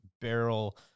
barrel